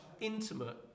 intimate